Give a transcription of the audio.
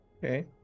Okay